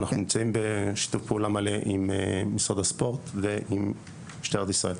אנחנו נמצאים בשיתוף פעולה מלא עם משרד הספורט ועם משטרת ישראל.